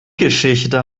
geschichte